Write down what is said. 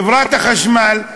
חברת החשמל,